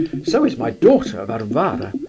so is my daughter varvara.